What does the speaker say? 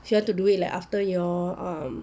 if you have to do it like after your um